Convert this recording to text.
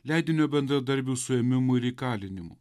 leidinio bendradarbių suėmimų ir įkalinimų